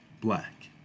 black